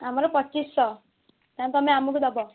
ଆମର ପଚିଶଶହ ତାହେଲେ ତୁମେ ଆମକୁ ଦେବ